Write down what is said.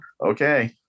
Okay